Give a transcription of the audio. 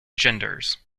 genders